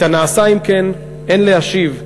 את הנעשה, אם כן, אין להשיב,